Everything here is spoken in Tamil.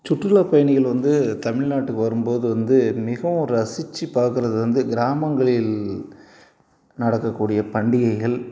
சுற்றுலா பயணிகள் வந்து தமிழ்நாட்டுக்கு வரும் போது வந்து மிகவும் ரசித்து பார்க்குறது வந்து கிராமங்களில் நடக்கக்கூடிய பண்டிகைகள்